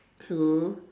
true